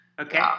Okay